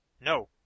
No